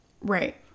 Right